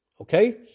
okay